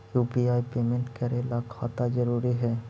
UPI payment करे ला खाता जरूरी है?